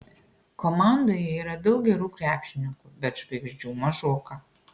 komandoje yra daug gerų krepšininkų bet žvaigždžių mažoka